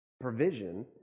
provision